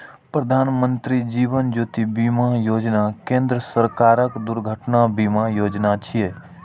प्रधानमत्री जीवन ज्योति बीमा योजना केंद्र सरकारक दुर्घटना बीमा योजना छियै